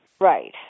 Right